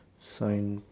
sign park